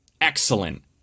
excellent